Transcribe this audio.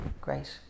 great